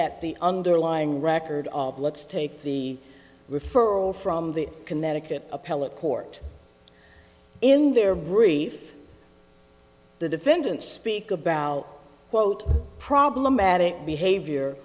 at the underlying record let's take the referral from the connecticut appellate court in their brief the defendant speak about quote problematic behavior